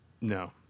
No